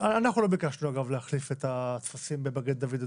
אנחנו לא ביקשנו להחליף את הטפסים במד"א.